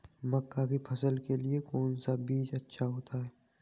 मक्का की फसल के लिए कौन सा बीज अच्छा होता है?